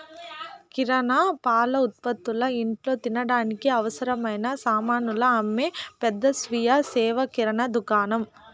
కిరణా, పాల ఉత్పతులు, ఇంట్లో తినడానికి అవసరమైన సామానులు అమ్మే పెద్ద స్వీయ సేవ కిరణా దుకాణం